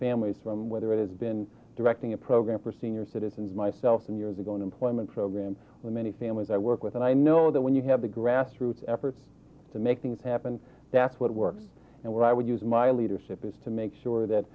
families from whether it has been directing a program for senior citizens myself in years ago employment program the many families i work with and i know that when you have the grassroots efforts to make things happen that's what works and what i would use my leadership is to make sure that